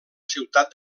ciutat